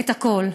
את הכול,